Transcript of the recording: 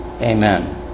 Amen